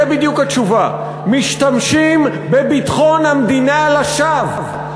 זה בדיוק התשובה: משתמשים בביטחון המדינה לשווא.